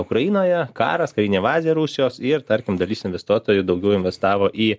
ukrainoje karas karinė bazė rusijos ir tarkim dalis investuotojų daugiau investavo į